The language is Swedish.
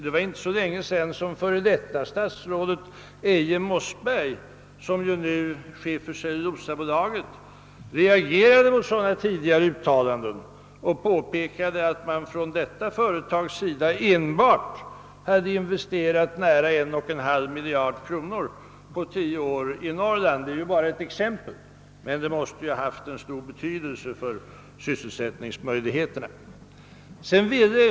Det var inte länge sedan före detta statsrådet Eije Mossberg, som nu är chef för Cellulosabolaget, reagerade mot andra sådana uttalanden och påpekade att enbart Cellulosabolaget hade investerat nära en och en halv miljard kronor i Norrland på tio år. Det är bara ett exempel, och detta måste ha haft stor betydelse för sysselsättningsmöjligheterna.